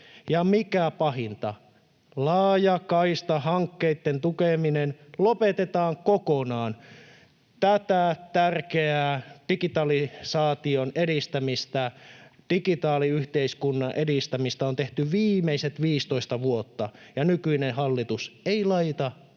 ja mikä pahinta, laajakaistahankkeitten tukeminen lopetetaan kokonaan. Tätä tärkeää digitalisaation edistämistä, digitaaliyhteiskunnan edistämistä, on tehty viimeiset 15 vuotta, ja nykyinen hallitus ei laita